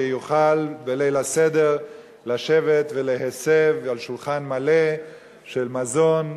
שיוכל בליל הסדר לשבת ולהסב לשולחן מלא מזון,